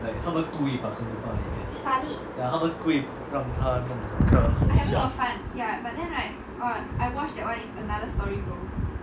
like 他们故意把 comedy 放里面 ya 他们故意让他弄整个好笑